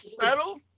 settle